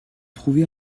trouvés